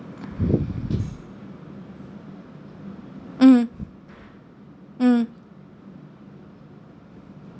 mmhmm mm